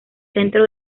centro